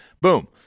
boom